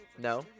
No